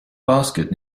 basket